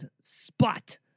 spot